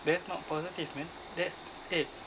that's not positive man that's eh